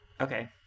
Okay